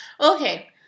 Okay